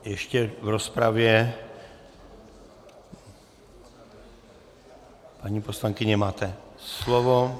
Ještě v rozpravě, paní poslankyně, máte slovo.